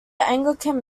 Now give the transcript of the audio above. anglican